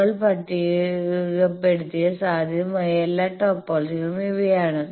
നമ്മൾ പട്ടികപ്പെടുത്തിയ സാധ്യമായ എല്ലാ ടോപ്പോളജികളും ഇവയാണ്